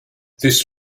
this